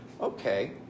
Okay